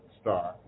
star